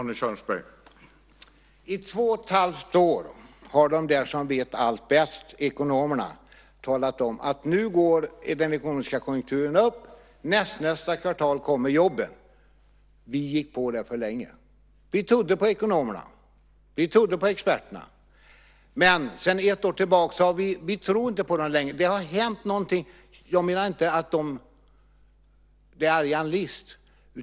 Herr talman! I två och ett halvt år har de som vet allt bäst, ekonomerna, talat om: Nu går den ekonomiska konjunkturen upp, nästnästa kvartal kommer jobben. Vi gick på det för länge. Vi trodde på ekonomerna. Vi trodde på experterna. Men sedan ett år tillbaka tror vi inte på dem längre. Det har hänt någonting. Jag menar inte att det är argan list.